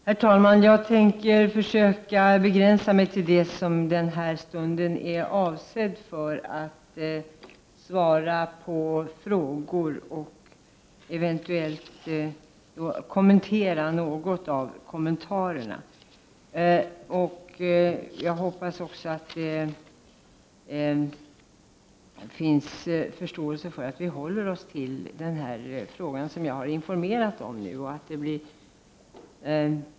Herr talman! Jag tänker försöka begränsa mitt inlägg till det som informationsstunden är avsedd för, nämligen att svara på frågor, och eventuellt något kommentera det som har sagts. Jag hoppas att det finns förståelse för att vi håller oss till den fråga som jag har informerat om.